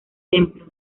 templo